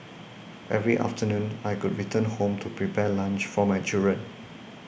every afternoon I could return home to prepare lunch for my children